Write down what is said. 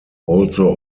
also